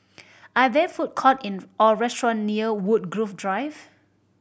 are there food court in or restaurant near Woodgrove Drive